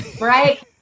Right